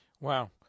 Wow